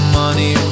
money